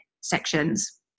sections